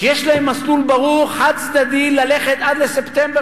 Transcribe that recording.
כי יש להם מסלול ברור חד-צדדי ללכת עד לספטמבר